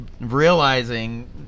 realizing